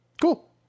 Cool